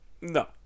no